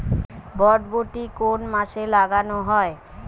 বরবটি কোন মাসে লাগানো হয়?